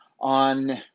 on